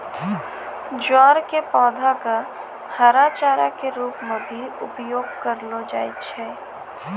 ज्वार के पौधा कॅ हरा चारा के रूप मॅ भी उपयोग करलो जाय छै